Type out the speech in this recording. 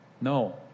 No